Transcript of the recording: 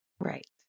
right